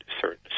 certain